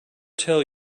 tell